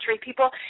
People